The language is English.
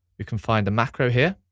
we can find a macro here.